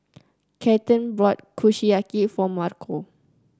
Kathyrn bought Kushiyaki for Marco